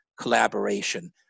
collaboration